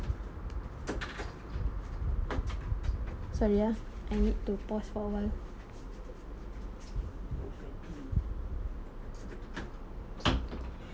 sorry ah I need to pause for a while